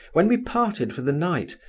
when we parted for the night,